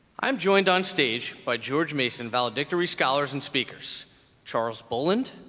i am joined on stage by george mason valedictory scholars and speakers charles boland,